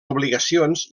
obligacions